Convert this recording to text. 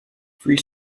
free